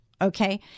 Okay